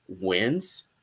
wins